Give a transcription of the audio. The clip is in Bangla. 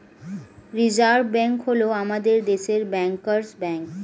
রিজার্ভ ব্যাঙ্ক হল আমাদের দেশের ব্যাঙ্কার্স ব্যাঙ্ক